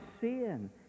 sin